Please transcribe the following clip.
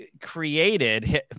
created